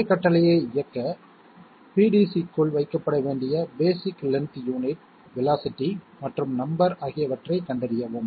அதே கட்டளையை இயக்க PDC க்குள் வைக்கப்பட வேண்டிய பேஸிக் லென்த் யூனிட் வேலோஸிட்டி மற்றும் நம்பர் ஆகியவற்றைக் கண்டறியவும்